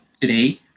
today